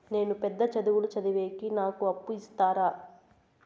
నేను పెద్ద చదువులు చదివేకి నాకు అప్పు ఇస్తారా